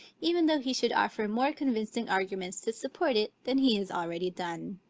even though he should offer more convincing arguments to support it than he has already done.